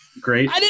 great